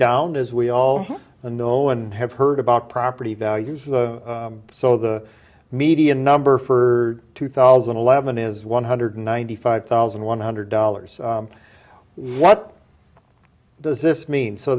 down as we all know and have heard about property values so the median number for two thousand and eleven is one hundred ninety five thousand one hundred dollars what does this mean so